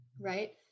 right